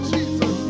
Jesus